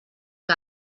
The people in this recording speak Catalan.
que